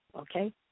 Okay